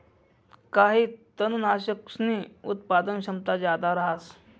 काही तननाशकसनी उत्पादन क्षमता जादा रहास